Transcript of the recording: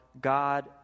God